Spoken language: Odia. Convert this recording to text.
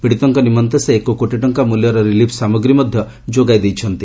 ପୀଡିତଙ୍କ ନିମନ୍ତେ ସେ ଏକ କୋଟି ଟଙ୍କା ମୂଲ୍ୟର ରିଲିଫ ସାମଗ୍ରୀ ମଧ୍ୟ ଯୋଗେଇ ଦେଇଛନ୍ତି